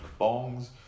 bongs